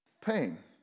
pain